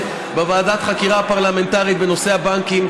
בוועדת החקירה הפרלמנטרית בנושא הבנקים.